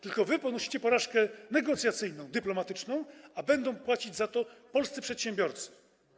Tylko wy ponosicie porażkę negocjacyjną, dyplomatyczną, a płacić za to będą polscy przedsiębiorcy.